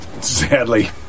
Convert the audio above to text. sadly